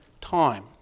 time